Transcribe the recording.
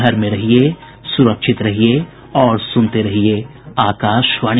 घर में रहिये सुरक्षित रहिये और सुनते रहिये आकाशवाणी